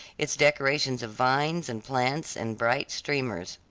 its decorations of vines, and plants, and bright streamers.